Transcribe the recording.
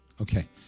Okay